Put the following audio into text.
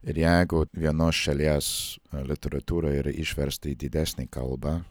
ir jeigu vienos šalies literatūra yra išversta į didesnę kalbą